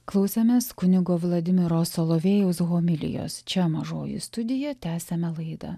klausėmės kunigo vladimiro solovejaus homilijos čia mažoji studija tęsiame laidą